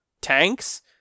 tanks